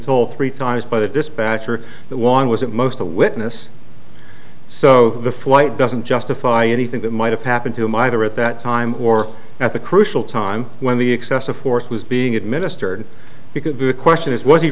told three times by the dispatcher that one was at most a witness so the flight doesn't justify anything that might have happened to him either at that time or at the crucial time when the excessive force was being administered because the question is was he